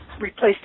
replaced